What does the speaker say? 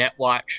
Netwatch